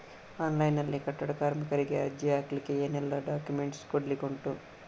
Online ನಲ್ಲಿ ಕಟ್ಟಡ ಕಾರ್ಮಿಕರಿಗೆ ಅರ್ಜಿ ಹಾಕ್ಲಿಕ್ಕೆ ಏನೆಲ್ಲಾ ಡಾಕ್ಯುಮೆಂಟ್ಸ್ ಕೊಡ್ಲಿಕುಂಟು?